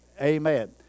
Amen